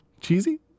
Cheesy